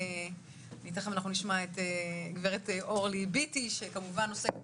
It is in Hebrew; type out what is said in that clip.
תכף גם נשמע את גב' אורלי ביטי שעוסקת